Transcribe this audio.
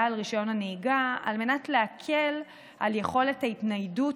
על רישיון הנהיגה על מנת להקל על יכולת ההתניידות